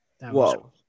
Whoa